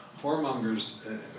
whoremongers